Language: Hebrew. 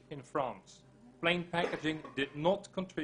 של חינוך יחד עם הממשלות כדי להוריד